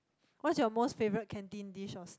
what is your most favourite canteen dishes